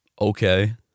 Okay